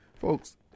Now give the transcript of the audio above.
folks